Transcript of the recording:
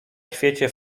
świecie